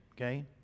Okay